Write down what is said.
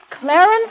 Clarence